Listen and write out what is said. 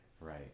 right